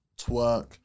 Twerk